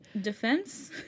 Defense